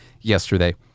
yesterday